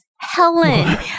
Helen